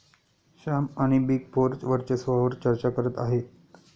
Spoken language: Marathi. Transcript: श्याम आणि बिग फोर वर्चस्वावार चर्चा करत आहेत